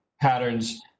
patterns